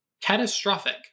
catastrophic